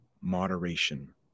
moderation